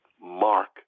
Mark